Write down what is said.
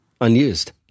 Unused